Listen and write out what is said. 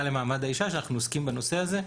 למעמד האישה שאנחנו עוסקים בנושא הזה,